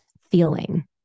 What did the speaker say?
feeling